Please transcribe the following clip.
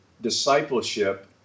discipleship